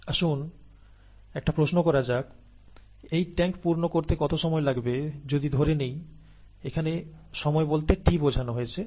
আসুন একটা প্রশ্ন করা যাক এই ট্যাংক পূর্ণ করতে কত সময় লাগবে যদি ধরে নেই এখানে সময় বলতে t বোঝানো হয়েছে